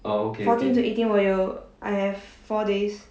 fourteenth to eighteen 我有 I have four days